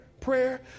prayer